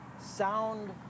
sound